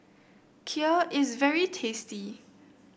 Kheer is very tasty